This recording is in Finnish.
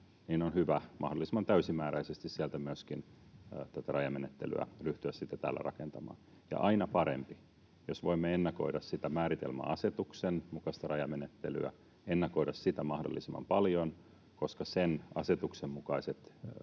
on hyvä mahdollisimman täysimääräisesti sieltä myöskin tätä rajamenettelyä ryhtyä täällä sitten rakentamaan. Ja aina parempi, jos voimme ennakoida määritelmäasetuksen mukaista rajamenettelyä, ennakoida sitä mahdollisimman paljon, koska sen asetuksen mukaiset